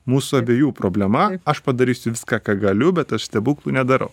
mūsų abiejų problema aš padarysiu viską ką galiu bet aš stebuklų nedarau